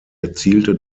erzielte